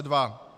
2.